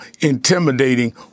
intimidating